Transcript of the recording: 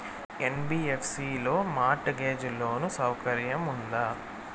NBFC లో mortgage loan సౌకర్యం ఉందా?